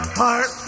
heart